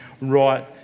right